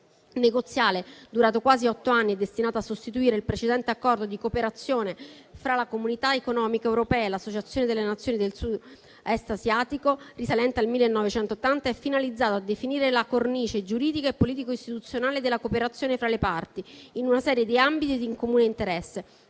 negoziale durato quasi otto anni e destinato a sostituire il precedente Accordo di cooperazione fra la Comunità economica europea e l'Associazione delle Nazioni del Sud-Est asiatico, risalente al 1980, è finalizzato a definire la cornice giuridica e politico-istituzionale della cooperazione fra le parti, in una serie di ambiti di comune interesse,